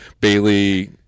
Bailey